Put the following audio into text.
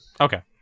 Okay